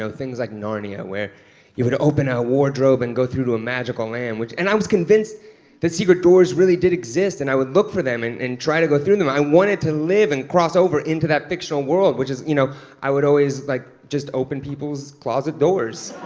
so things like narnia, where you would open a wardrobe and go through to a magical land. and i was convinced that secret doors really did exist and i would look for them and and try to go through them. i wanted to live and cross over into that fictional world, which is you know i would always like just open people's closet doors.